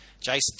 Jason